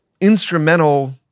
instrumental